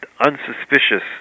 unsuspicious